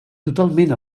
totalment